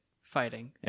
fighting